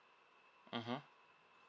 mmhmm